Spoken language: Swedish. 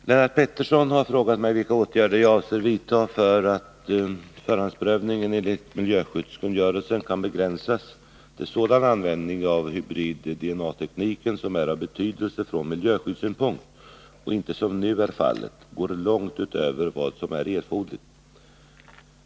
Fru talman! Lennart Pettersson har frågat mig vilka åtgärder jag avser vidta för att förhandsprövningen enligt miljöskyddskungörelsen skall kunna begränsas till sådan användning av hybrid-DNA-tekniken som är av betydelse från miljöskyddssynpunkt och inte, som nu är fallet, går långt utöver vad som är erforderligt.